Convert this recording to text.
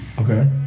Okay